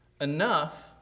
enough